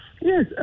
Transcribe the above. Yes